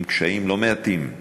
עם קשיים לא מעטים,